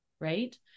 right